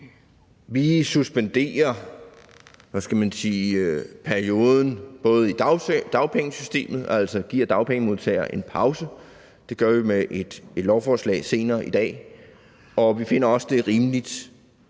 i dagpengesystemet og kontanthjælpssystemet. Vi giver dagpengemodtagere en pause – det gør vi med et lovforslag senere i dag – og vi finder det rimeligt,